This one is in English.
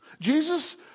Jesus